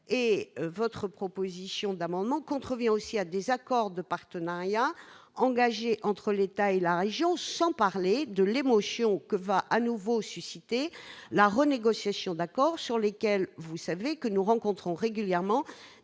et votre proposition d'amendement contrevient aussi à des accords de partenariat engagé entre l'État et la région, sans parler de l'émotion que va à nouveau susciter la renégociation de l'accord sur lesquels vous savez que nous rencontrons régulièrement